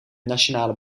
nationale